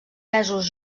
mesos